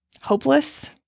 hopeless